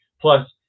Plus